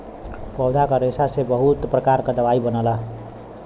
पौधा क रेशा से बहुत प्रकार क दवाई बनला